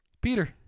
Peter